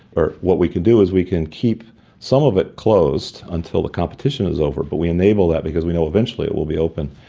what we can do is we can keep some of it closed until the competition is over, but we enable that because we know eventually it will be open.